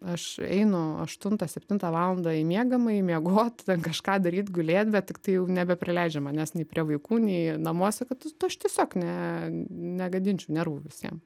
aš einu aštuntą septintą valandą į miegamąjį miegot ten kažką daryt gulėt bet tiktai jau nebeprileidžia manes nei prie vaikų nei namuose kad tu tai aš tiesiog ne negadinčiau nervų visiem